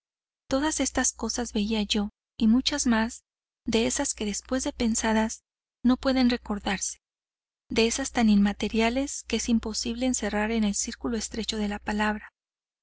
todas estas cosas veía yo y muchas más de esas que después de pensadas no pueden recordarse de esas tan inmateriales que es imposible encerrar en el círculo estrecho de la palabra